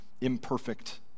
imperfect